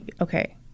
Okay